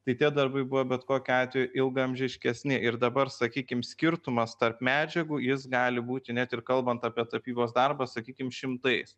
tai tie darbai buvo bet kokiu atveju ilgaamžiškesni ir dabar sakykim skirtumas tarp medžiagų jis gali būti net ir kalbant apie tapybos darbą sakykim šimtais